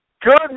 Good